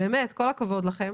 כל הכבוד לכם.